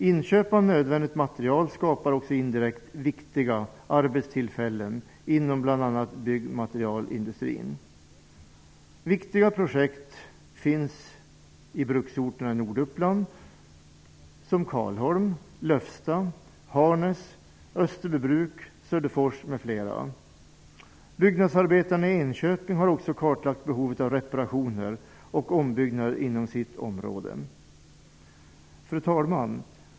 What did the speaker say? Inköp av nödvändigt material skapar också indirekt viktiga arbetstillfällen inom bl.a. byggmaterielindustrin. Det finns viktiga projekt i bruksorterna i Norduppland -- t.ex. i Karlholm, Byggnadsarbetarna i Enköping har också kartlagt behovet av reparationer och ombyggnader inom sitt område. Fru talman!